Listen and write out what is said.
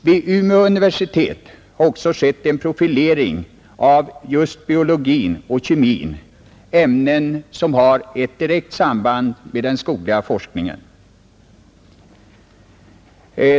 Vid Umeå universitet har det också skett en profilering av just biologin och kemin, ämnen som har ett direkt samband med den skogliga forskningen.